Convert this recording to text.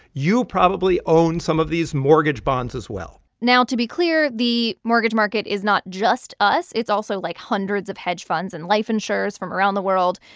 you probably own some of these mortgage bonds, as well now, to be clear, the mortgage market is not just us. it's also, like, hundreds of hedge funds and life insurers insurers from around the world.